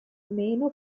meno